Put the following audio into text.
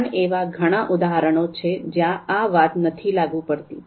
પણ એવા ઘણા ઉદાહરણો છે જ્યાં આ વાત નથી લાગુ પડતી